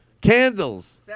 Candles